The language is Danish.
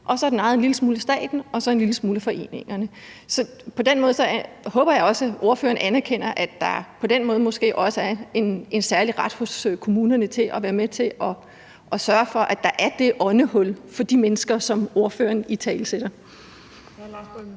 og så er den ejet en lille smule af staten og en lille smule af foreningerne. På den måde håber jeg også, at ordføreren anerkender, at der måske også er en særlig ret hos kommunerne til at være med til at sørge for, at der er det åndehul for de mennesker, som ordføreren italesætter.